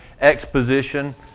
exposition